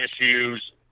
issues